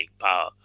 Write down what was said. power